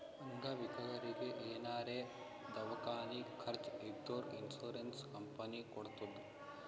ಅಂಗವಿಕಲರಿಗಿ ಏನಾರೇ ದವ್ಕಾನಿ ಖರ್ಚ್ ಇದ್ದೂರ್ ಇನ್ಸೂರೆನ್ಸ್ ಕಂಪನಿ ಕೊಡ್ತುದ್